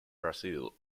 brazil